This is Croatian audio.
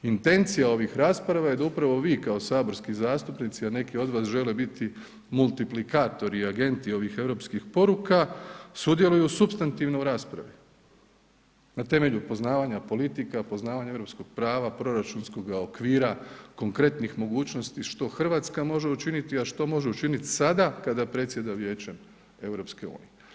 Intencija ovih rasprava je da upravo vi kao saborski zastupnici, a neki od vas žele biti multiplikatori i agenti ovih europskih poruka, sudjeluju supstantivno u raspravu na temelju poznavanja politika, poznavanja europskog prava, proračunskog okvira, konkretnih mogućnosti što Hrvatska može učiniti, a što može učiniti sada kada predsjeda Vijećem EU.